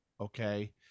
okay